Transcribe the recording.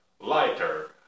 lighter